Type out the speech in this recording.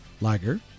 Lager